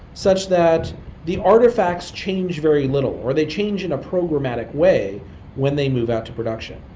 such that the artifacts change very little, or they change in a programmatic way when they move out to production.